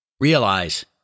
Realize